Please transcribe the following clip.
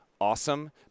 awesome